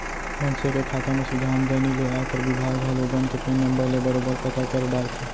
मनसे के खाता म सीधा आमदनी ले आयकर बिभाग ह लोगन के पेन नंबर ले बरोबर पता कर डारथे